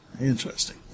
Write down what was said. Interesting